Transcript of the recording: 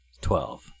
Twelve